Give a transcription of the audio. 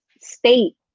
state